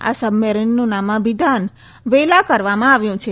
આ સબમરીનનું નામાભિધાન વેલા કરવામાં આવ્યું છે